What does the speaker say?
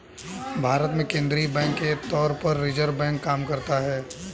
भारत में केंद्रीय बैंक के तौर पर रिज़र्व बैंक काम करता है